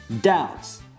doubts